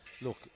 Look